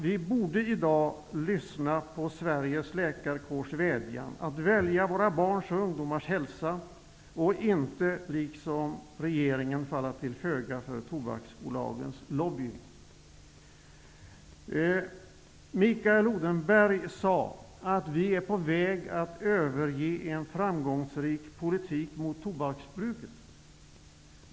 Vi borde i dag lyssna på Sveriges läkarkårs vädjan om att vi skall välja våra barns och ungdomars hälsa och inte, som regeringen gör, falla till föga för tobaksbolagens lobbying. Mikael Odenberg sade att vi är på väg att överge en framgångsrik politik mot tobaksbruket.